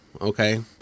Okay